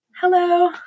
Hello